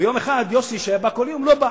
ויום אחד יוסי, שהיה בא כל יום, לא בא.